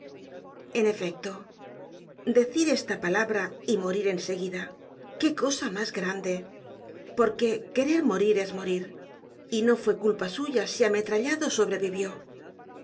en efecto decir esta palabra y morir en seguida qué cosa mas grande porque querer morir es morir y no fue culpa suya si ametrallado sobrevivió